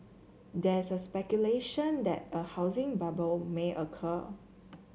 there is a speculation that a housing bubble may occur